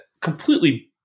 completely